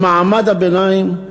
במעמד הביניים,